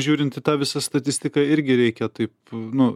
žiūrint į tą visą statistiką irgi reikia taip nu